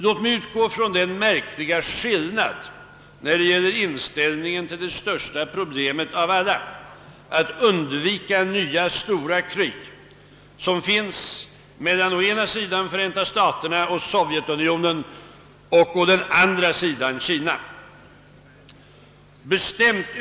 Låt mig utgå från den märkliga skillnad i fråga om inställningen till det största problemet av alla, att undvika nya stora krig, som finns mellan å ena sidan Förenta staterna och Sovjetunionen och å andra sidan Kina.